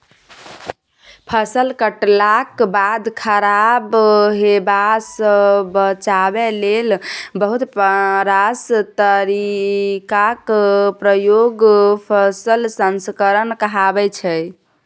फसल कटलाक बाद खराब हेबासँ बचाबै लेल बहुत रास तरीकाक प्रयोग फसल संस्करण कहाबै छै